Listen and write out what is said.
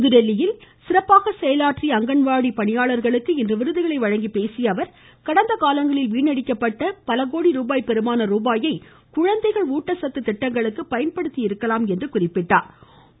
புதுதில்லியில் சிறப்பாக செயலாற்றிய அங்கன்வாடி பணியாளர்களுக்கு விருதுகளை வழங்கிப் பேசியஅவர் கடந்த காலங்களில் வீணடிக்கப்பட்டு பல கோடி ரூபாய் பெருமான ரூபாயை குழந்தைகள் ஊட்டச்சத்து திட்டங்களுக்கு பயன்படுத்தியிருக்கலாம் என அவர் குறிப்பிட்டார்